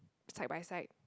side by side